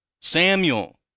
Samuel